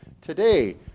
today